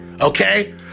okay